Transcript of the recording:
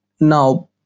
Now